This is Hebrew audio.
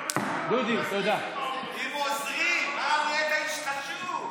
עם עוזרים, נהיית איש חשוב.